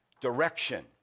direction